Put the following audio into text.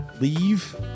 leave